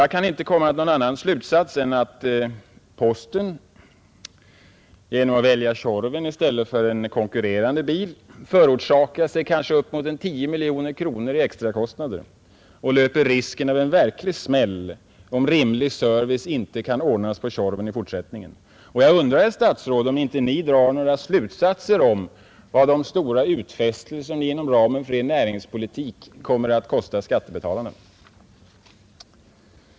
Jag kan inte komma till någon annan slutsats än att posten genom att välja Tjorven i stället för en konkurrerande bil förorsakat sig kanske upp mot 10 miljoner kronor i extra kostnader och löper risken av en verklig smäll, om rimlig service på Tjorven inte kan ordnas i fortsättningen. Jag undrar, herr statsråd, om inte Ni drar några slutsatser om vad de stora utfästelser som Ni har gjort inom ramen för Er näringspolitik kommer att kosta skattebetalarna.